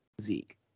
Zeke